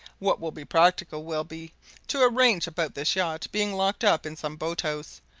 what will be practical will be to arrange about this yacht being locked up in some boat-house,